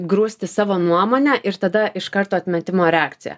grūsti savo nuomonę ir tada iš karto atmetimo reakcija